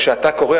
כשאתה קורא,